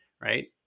right